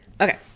Okay